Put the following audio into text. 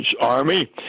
Army